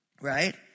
right